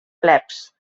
plebs